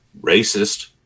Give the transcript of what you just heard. racist